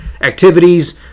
activities